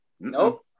Nope